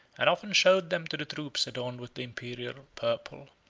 and often showed them to the troops adorned with the imperial purple.